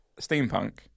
steampunk